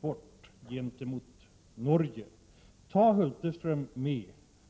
Om industriministern tar med sig Hulterström